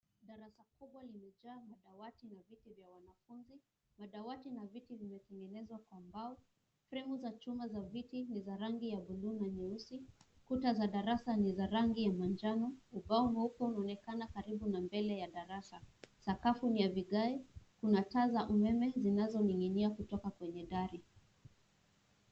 Darasa kubwa limejaa madawati na viti vya wanafunzi. Madawati na viti vimetengenezwa kwa mbao, fremu za chuma za viti ni za rangi ya bluu na nyeusi, kuta za darasa ni za rangi ya manjano, ubao huku huonekana karibu na mbele ya darasa. Sakafu ni ya vigae kuna taa za umeme zinazoning'inia kutoka kwenye dari.